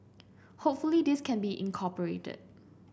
hopefully this can be incorporated